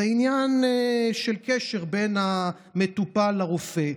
זה עניין של קשר בין המטופל לרופא.